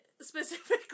specifically